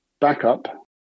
backup